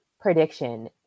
prediction